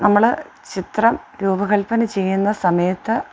നമ്മള് ചിത്രം രൂപകൽപന ചെയ്യുന്ന സമയത്ത്